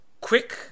quick